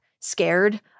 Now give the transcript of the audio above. scared